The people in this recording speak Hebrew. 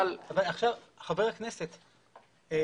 אבל --- חבר הכנסת,